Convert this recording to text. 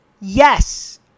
Yes